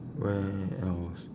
where else